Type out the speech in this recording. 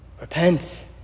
Repent